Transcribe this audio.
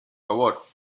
favor